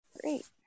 Great